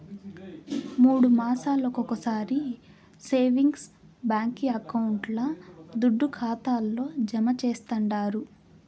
మూడు మాసాలొకొకసారి సేవింగ్స్ బాంకీ అకౌంట్ల దుడ్డు ఖాతాల్లో జమా చేస్తండారు